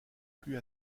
plus